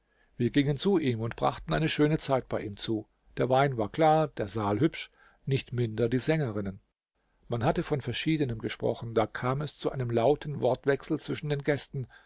wir gingen zu ihm und brachten eine schöne zeit bei ihm zu der wein war klar der saal hübsch nicht minder die sängerinnen man hatte von verschiedenem gesprochen da kam es zu einem lauten wortwechsel zwischen den gästen